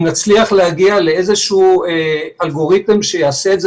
אם נצליח להגיע לאיזה שהיא אלגוריתם שיעשה את זה